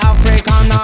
African